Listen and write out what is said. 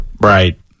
Right